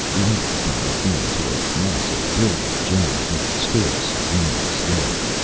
lighted from within to a mass of brilliant gems, it stood serenely still.